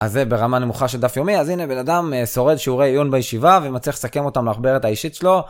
אז זה ברמה נמוכה של דף יומי, אז הנה בן אדם שורד שיעורי עיון בישיבה ומצליח לסכם אותם למחברת האישית שלו.